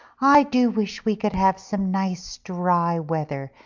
i do wish we could have some nice dry weather,